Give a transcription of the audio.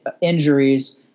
injuries